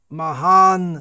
mahan